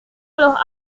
los